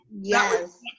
Yes